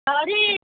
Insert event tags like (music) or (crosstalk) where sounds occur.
(unintelligible)